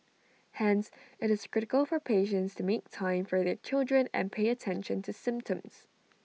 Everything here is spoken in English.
hence IT is critical for parents to make time for their children and pay attention to symptoms